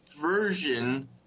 version